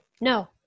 No